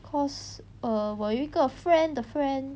cause err 我有一个 friend 的 friend